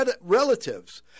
relatives